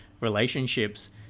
relationships